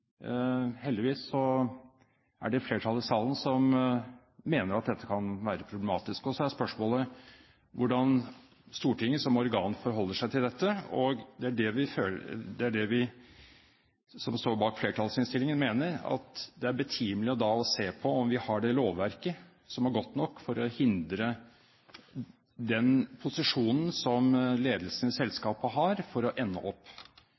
Heldigvis er det et flertall i salen som mener at dette kan være problematisk. Så er spørsmålet hvordan Stortinget som organ forholder seg til dette. Vi som står bak flertallsinnstillingen, mener det da er betimelig å se på om vi har det lovverket som er godt nok for å hindre at ledelsen, med den posisjonen som ledelsen i selskapet har, ender opp